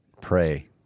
Pray